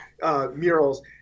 murals